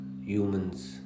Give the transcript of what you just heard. humans